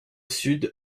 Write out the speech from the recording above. sud